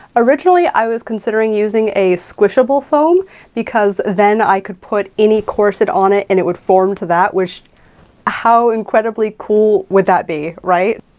originally, i was considering using a squishable foam because then i could put any corset on it and it would form to that, which how incredibly cool would that be, right?